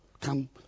Come